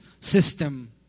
system